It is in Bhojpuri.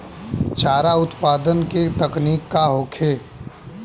चारा उत्पादन के तकनीक का होखे?